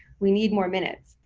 we need more minutes.